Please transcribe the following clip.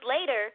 later